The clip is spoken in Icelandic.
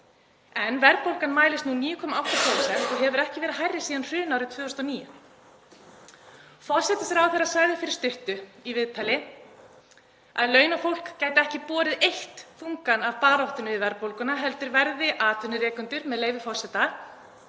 en verðbólgan mælist nú 9,8% og hefur ekki verið hærri síðan hrunárið 2009. Forsætisráðherra sagði fyrir stuttu í viðtali að launafólk gæti ekki borið eitt þungann af baráttunni við verðbólguna heldur verði atvinnurekendur, með leyfi forseta: